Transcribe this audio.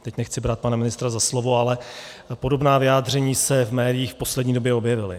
Teď nechci brát pana ministra za slovo, ale podobná vyjádření se v médiích v poslední době objevila.